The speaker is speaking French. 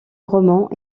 roman